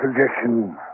suggestion